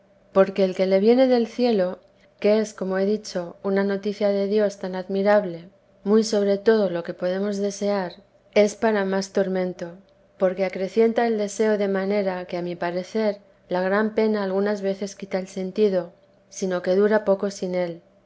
ella sino como crucificado entre el cielo y la tierra padeciendo sin venirle socorro de ningún cabo porque el que le viene del cielo que es como he dicho una noticia de dios tan admirable muy sobre todo lo que podemos desear es para más tormento porque acrecienta el deseo de manera que a mi parecer la gran pena algunas veces quita el sentido sino que dura poco sin él